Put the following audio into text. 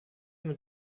mit